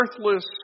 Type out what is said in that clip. worthless